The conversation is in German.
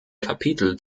kapitel